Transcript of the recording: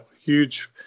huge